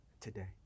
today